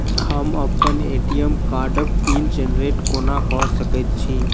हम अप्पन ए.टी.एम कार्डक पिन जेनरेट कोना कऽ सकैत छी?